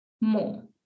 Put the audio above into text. more